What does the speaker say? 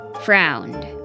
frowned